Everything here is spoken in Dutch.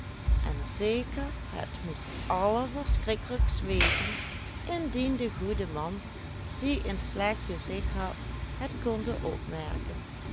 en zeker het moest allerverschrikkelijkst wezen indien de goede man die een slecht gezicht had het konde opmerken